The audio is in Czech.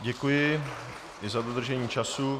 Děkuji za dodržení času.